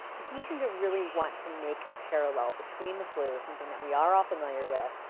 he seemed to really want to make a parallel between the flu, something that we are all familiar with,